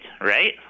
right